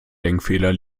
denkfehler